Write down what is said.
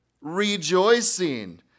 rejoicing